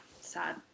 sad